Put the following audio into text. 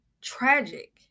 tragic